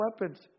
weapons